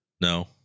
No